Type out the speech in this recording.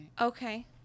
Okay